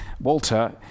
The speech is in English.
Walter